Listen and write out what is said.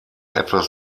etwas